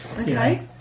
okay